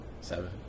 Seven